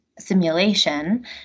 simulation